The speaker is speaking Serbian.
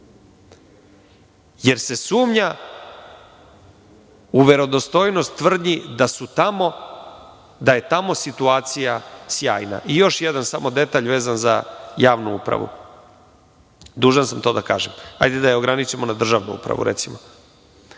jer se sumnja u verodostojnost tvrdnji da je tamo situacija sjajna. Još jedan samo detalj vezan za javnu upravu, dužan sam to da kažem. Hajde, da je ograničimo recimo, na državnu upravu. Često